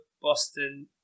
Boston